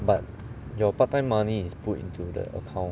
but your part time money is put into the account